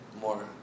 more